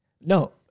No